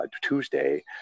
Tuesday